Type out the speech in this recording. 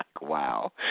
wow